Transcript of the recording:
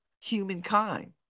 humankind